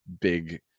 big